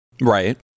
Right